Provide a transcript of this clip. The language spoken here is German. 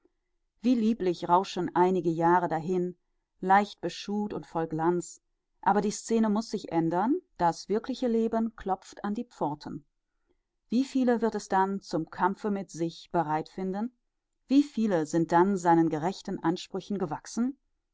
wie lieblich rauschen einige jahre dahin leichtbeschuht und voll glanz aber die scene muß sich ändern das wirkliche leben klopft an die pforten wie viele wird es dann zum kampfe mit sich bereit finden wie viele sind dann seinen gerechten ansprüchen gewachsen